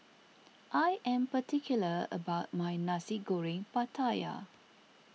I am particular about my Nasi Goreng Pattaya